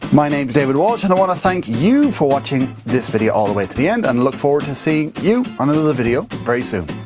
my name is david walsh and i want to thank you for watching this video all the way to the end and look forward to seeing you on another video, very soon.